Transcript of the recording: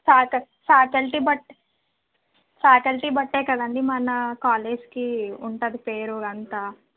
ఫ్యాక faculty బట్టే faculty బట్టే కదండీ మన కాలేజ్కి ఉంటుంది పేరు ఇదంతా